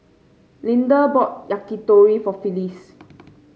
Linda bought Yakitori for Phyllis